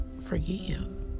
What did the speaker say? forgive